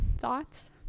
thoughts